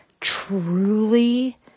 truly